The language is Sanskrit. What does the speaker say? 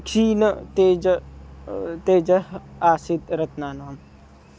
क्षीणं तेजः तेजः आसीत् रत्नानाम्